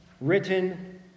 written